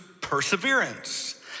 perseverance